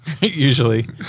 Usually